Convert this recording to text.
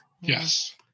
Yes